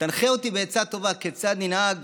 תנחה אותי בעצה טובה, כיצד ננהג